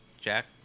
Jack